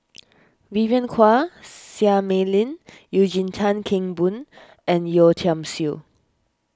Vivien Quahe Seah Mei Lin Eugene Tan Kheng Boon and Yeo Tiam Siew